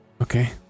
Okay